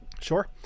Sure